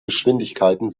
geschwindigkeiten